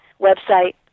website